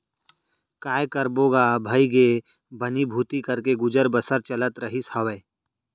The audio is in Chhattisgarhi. काय करबो गा भइगे बनी भूथी करके गुजर बसर चलत रहिस हावय